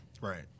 Right